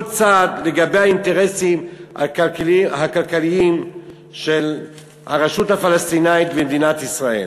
צד לגבי האינטרסים הכלכליים של הרשות הפלסטינית ומדינת ישראל.